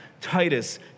Titus